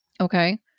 Okay